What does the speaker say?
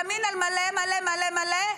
ימין על מלא מלא מלא מלא,